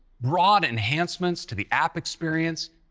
broad enhancements to the app experience,